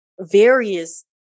various